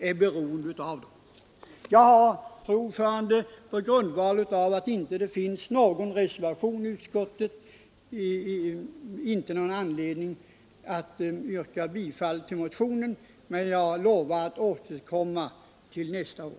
Jag har, fru talman, på grund av att det inte finns någon reservation fogad till betänkandet, ingen anledning att yrka bifall till min motion, men jag lovar att återkomma nästa år.